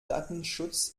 datenschutz